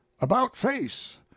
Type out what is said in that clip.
about-face